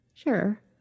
Sure